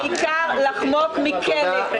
העיקר לחמוק מכלא.